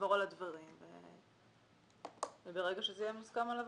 נעבור על הדברים וברגע שזה יהיה מוסכם על אדוני,